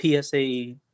PSA